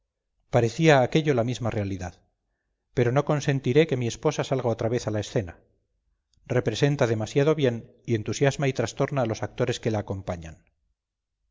parecía aquello la misma realidad pero no consentiré que mi esposa salga otra vez a la escena representa demasiado bien y entusiasma y trastorna a los actores que la acompañan